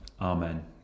Amen